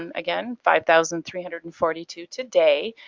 um again five thousand three hundred and forty two today,